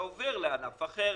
אתה עובר לענף אחר,